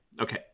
Okay